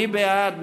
מי בעד?